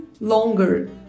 longer